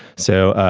so,